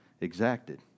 exacted